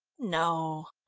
no.